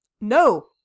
No